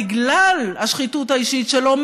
בגלל השחיתות האישית שלו,